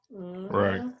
right